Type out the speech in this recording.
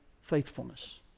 faithfulness